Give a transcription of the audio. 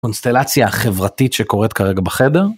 הקונסטלציה החברתית שקורית כרגע בחדר.